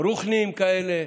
רוחניים כאלה,